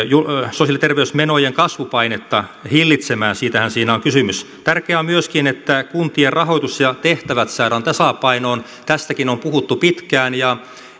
sosiaali ja terveysmenojen kasvupainetta hillitsemään siitähän siinä on kysymys tärkeää on myöskin että kuntien rahoitus ja tehtävät saadaan tasapainoon tästäkin on puhuttu pitkään ja